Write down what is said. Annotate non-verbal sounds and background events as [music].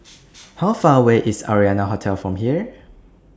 [noise] How Far away IS Arianna Hotel from here